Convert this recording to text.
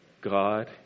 God